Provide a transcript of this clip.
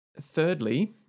thirdly